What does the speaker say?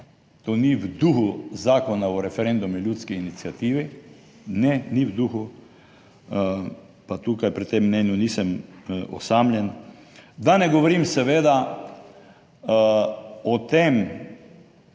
To ni v duhu Zakona o referendumu in ljudski iniciativi. Ne, ni v duhu, pa tukaj pri tem mnenju nisem osamljen. Da ne govorim seveda o tem,